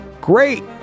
Great